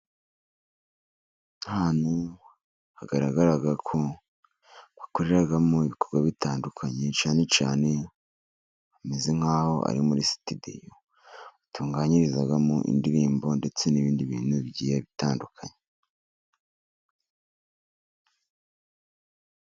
Ahantu hagaragara ko bakoreramo ibikorwa bitandukanye, cyane hameze nk'aho ari muri sitidiyo batunganyirizamo indirimbo ndetse n'ibindi bintu bigiye bitandukanye.